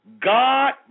God